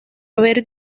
haber